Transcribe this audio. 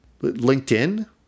LinkedIn